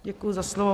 Děkuji za slovo.